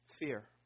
Fear